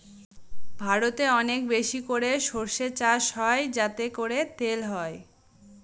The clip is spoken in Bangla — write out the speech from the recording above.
ভারতে অনেক বেশি করে সর্ষে চাষ হয় যাতে করে তেল হয়